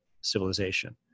civilization